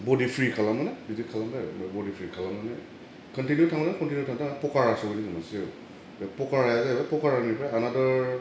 बडि प्रि खालामोना बिदि खालामबाय आरो ओमफ्राय बडि प्रि खालामनानै कनटिनिउ थांबाय कनटिनिउ थांथारनानै पकारा सहैदों जों मोनसे जायगायाव पकाराया जाहैबाय पकारानिफ्राय आनादार